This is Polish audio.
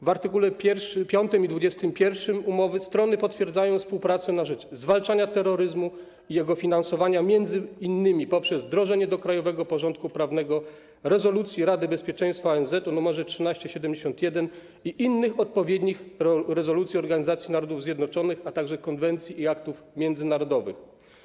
W art. 5 i 21 umowy strony potwierdzają współpracę na rzecz zwalczania terroryzmu i jego finansowania, m.in. poprzez wdrożenie do krajowego porządku prawnego rezolucji Rady Bezpieczeństwa ONZ o nr 1371 i innych odpowiednich rezolucji Organizacji Narodów Zjednoczonych, a także konwencji i aktów międzynarodowych.